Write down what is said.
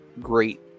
great